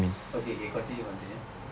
okay okay continue continue